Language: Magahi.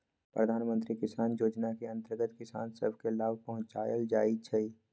प्रधानमंत्री किसान जोजना के अंतर्गत किसान सभ के लाभ पहुंचाएल जाइ छइ